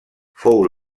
fou